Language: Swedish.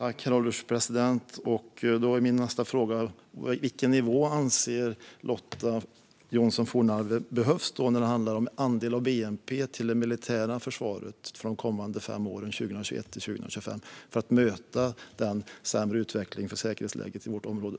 Herr ålderspresident! Då är min nästa fråga: Vilken nivå anser Lotta Johnsson Fornarve behövs när det handlar om andel av bnp till det militära försvaret de kommande fem åren, 2021-2025, för att möta den sämre utvecklingen när det gäller säkerhetsläget i vårt område?